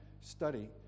Study